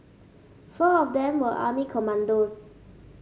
four of them were army commandos